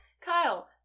Kyle